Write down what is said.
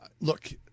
look